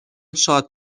شاد